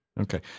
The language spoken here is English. Okay